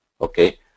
okay